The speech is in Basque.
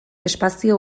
espazio